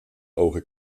ogen